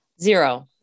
Zero